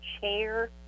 chair